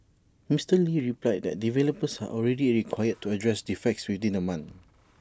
Mister lee replied that developers are already required to address defects within A month